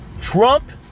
Trump